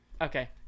Okay